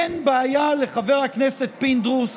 אין בעיה לחבר הכנסת פינדרוס